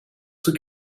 zijn